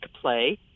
play